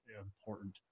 important